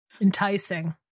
Enticing